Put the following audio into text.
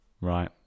Right